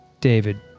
David